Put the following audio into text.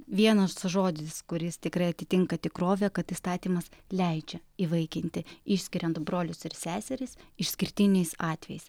vienas žodis kuris tikrai atitinka tikrovę kad įstatymas leidžia įvaikinti išskiriant brolius ir seseris išskirtiniais atvejais